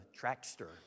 trackster